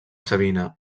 savina